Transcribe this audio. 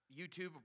YouTube